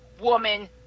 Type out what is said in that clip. woman